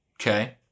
Okay